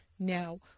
now